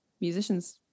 musicians